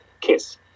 kiss